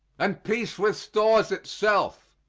and peace restores itself.